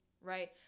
right